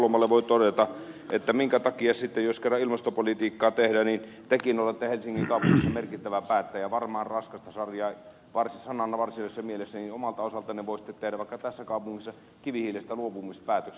heinäluomalle voi todeta että jos kerran ilmastopolitiikkaa tehdään tekin olette helsingin kaupungissa merkittävä päättäjä varmaan raskasta sarjaa sanan varsinaisessa mielessä niin omalta osaltanne voisitte tehdä tässä kaupungissa vaikka kivihiilestä luopumispäätöksen